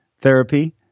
therapy